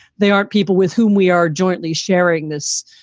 they aren't people with whom we are jointly sharing this.